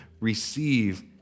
receive